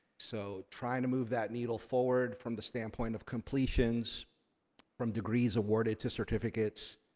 so trying to move that needle forward from the standpoint of completions from degrees awarded to certificates,